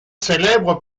célèbre